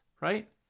right